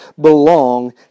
belong